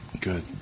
Good